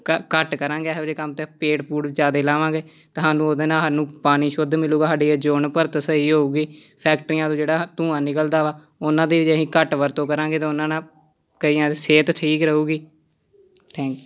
ਘ ਘੱਟ ਕਰਾਂਗੇ ਇਹੋ ਜਿਹੇ ਕੰਮ ਅਤੇ ਪੇੜ ਪੂੜ ਜ਼ਿਆਦਾ ਲਾਵਾਂਗੇ ਤੁਹਾਨੂੰ ਉਹਦੇ ਨਾਲ਼ ਸਾਨੂੰ ਪਾਣੀ ਸ਼ੁੱਧ ਮਿਲੇਗਾ ਸਾਡੀ ਓਜ਼ੋਨ ਪਰਤ ਸਹੀ ਹੋਊਗੀ ਫੈਕਟਰੀਆਂ ਤੋਂ ਜਿਹੜਾ ਧੂੰਆਂ ਨਿਕਲਦਾ ਵਾ ਉਹਨਾਂ ਦੇ ਜੇ ਅਸੀਂ ਘੱਟ ਵਰਤੋਂ ਕਰਾਂਗੇ ਤਾਂ ਉਹਨਾਂ ਨਾਲ਼ ਕਈਆਂ ਦੀ ਸਿਹਤ ਠੀਕ ਰਹੂੰਗੀ ਥੈਂਕ